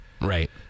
Right